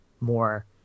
more